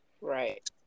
Right